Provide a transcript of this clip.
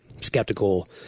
skeptical